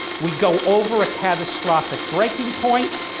we go over a catastrophic breaking point,